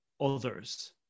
others